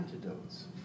antidotes